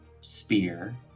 spear